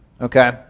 Okay